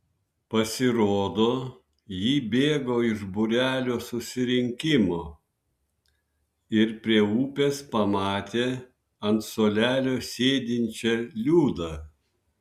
pasirodo ji bėgo iš būrelio susirinkimo ir prie upės pamatė ant suolelio sėdinčią liudą